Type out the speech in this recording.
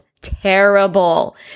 terrible